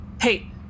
hey